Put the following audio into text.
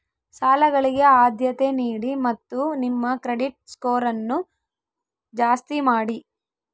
ಸಾಲಗಳಿಗೆ ಆದ್ಯತೆ ನೀಡಿ ಮತ್ತು ನಿಮ್ಮ ಕ್ರೆಡಿಟ್ ಸ್ಕೋರನ್ನು ಜಾಸ್ತಿ ಮಾಡಿ